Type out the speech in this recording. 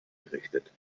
errichtet